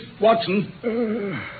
Watson